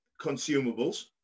consumables